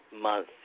Month